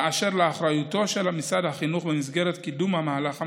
אשר לאחריותו של משרד החינוך במסגרת קידום המהלך המשולב,